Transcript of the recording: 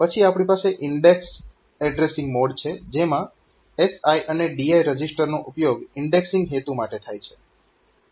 પછી આપણી પાસે ઈન્ડેક્સડ એડ્રેસીંગ મોડ છે જેમાં SI અને DI રજીસ્ટરનો ઉપયોગ ઇન્ડેક્સિંગ હેતુ માટે થાય છે